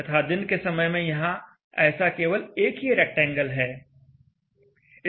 तथा दिन के समय में यहां ऐसा केवल एक ही रैक्टेंगल है